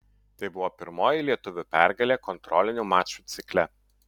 tai buvo pirmoji lietuvių pergalė kontrolinių mačų cikle